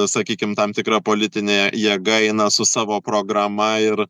sakykim tam tikra politinė jėga eina su savo programa ir